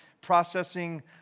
processing